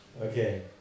Okay